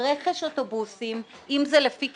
רכש אוטובוסים, אם זה לפי ק"מ,